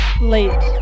Late